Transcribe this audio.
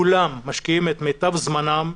כולם משקיעים את מיטב זמנם,